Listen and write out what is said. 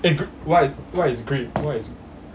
what what is grip what is